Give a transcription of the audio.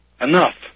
Enough